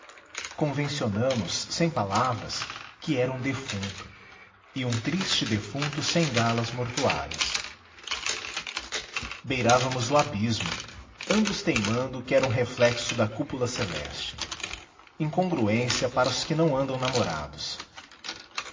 convencionamos sem palavras que era um defunto e um triste defunto sem galas mortuárias beirávamos o abismo ambos teimando que era um reflexo da cúpula celeste incongruência para os que não andam namorados